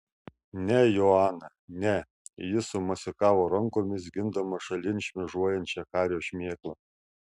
ne joana ne jis sumosikavo rankomis gindamas šalin šmėžuojančią kario šmėklą